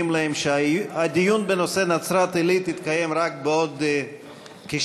ומודיעים להם שהדיון בנושא נצרת-עילית יתקיים רק בעוד כשעה,